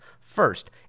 First